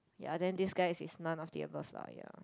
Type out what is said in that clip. ya then this guy is is none of the above lah ya